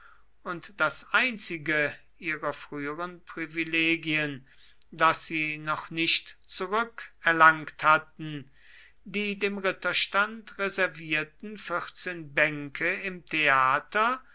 und das einzige ihrer früheren privilegien das sie noch nicht zurückerlangt hatten die dem ritterstand reservierten vierzehn bänke im theater